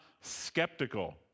skeptical